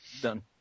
Done